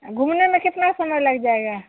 घूमने में कितना समय लग जाएगा